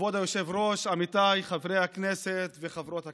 כבוד היושב-ראש, עמיתיי חברי הכנסת וחברות הכנסת,